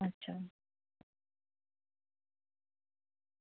अच्छा